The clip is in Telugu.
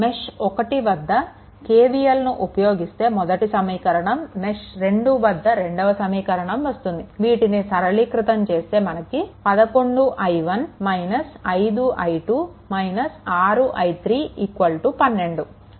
మెష్1 వద్ద KVLను ఉపయోగిస్తే మొదటి సమీకరణం మెష్2 వద్ద రెండవ సమీకరణం వస్తుంది వీటిని సరళీకృతం చేస్తే మనకు 11i1 - 5i2 - 6i3 12